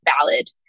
valid